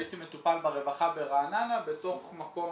הייתי מטופל ברווחה ברעננה בתוך מקום,